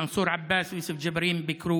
מנסור עבאס ויוסף ג'בארין ביקרו